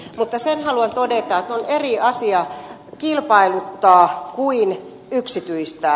mutta sen haluan todeta että on eri asia kilpailuttaa kuin yksityistää